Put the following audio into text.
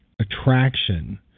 attraction –